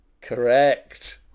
Correct